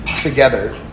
together